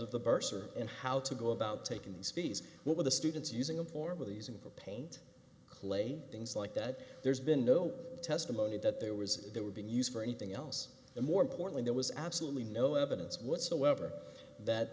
bursar and how to go about taking these fees what were the students using them for with these in for paint clay things like that there's been no testimony that there was they were being used for anything else and more importantly there was absolutely no evidence whatsoever that